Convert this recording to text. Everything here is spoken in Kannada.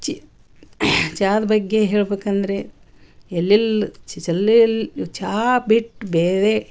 ಚಿ ಚಾದ ಬಗ್ಗೆ ಹೇಳ್ಬೇಕಂದರೆ ಎಲ್ಲೆಲ್ಲ ಚಲ್ಲೆಯಲ್ಲಿ ಚಾ ಬಿಟ್ಟು ಬೇರೆ